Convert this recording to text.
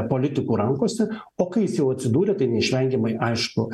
politikų rankose o kai jis jau atsidūrė tai neišvengiamai aišku